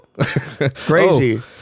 crazy